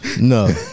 no